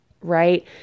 right